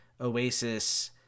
Oasis